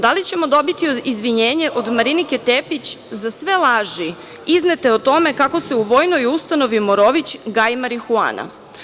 Da li ćemo dobiti izvinjenje od Marinike Tepić za sve laži iznete o tome kako se u Vojnoj ustanovi „Morović“ gaji marihuana?